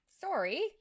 Sorry